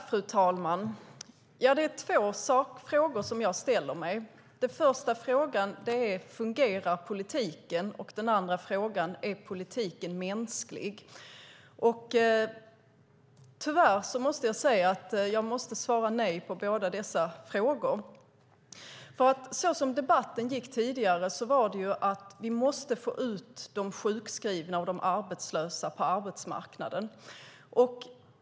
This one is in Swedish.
Fru talman! Det är två frågor jag ställer mig. Den första frågan är: Fungerar politiken? Den andra frågan är: Är politiken mänsklig? Tyvärr måste jag svara nej på båda dessa frågor. Såsom debatten gick tidigare handlade det om att vi måste få ut de sjukskrivna och de arbetslösa på arbetsmarknaden.